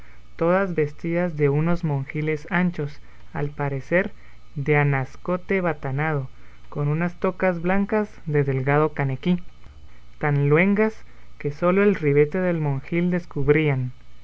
todas vestidas de unos monjiles anchos al parecer de anascote batanado con unas tocas blancas de delgado canequí tan luengas que sólo el ribete del monjil descubrían